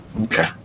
Okay